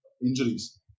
injuries